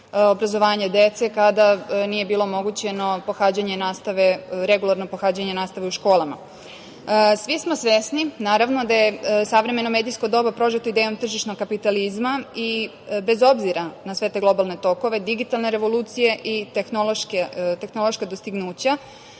obrazovanje dece kada nije bilo moguće regularno pohađanje nastave u školama. Svi smo svesni naravno da je savremeno medijsko doba prožeto idejom tržišnog kapitalizma i bez obzira na sve te globalne tokove, digitalne revolucije i tehnološka dostignuća,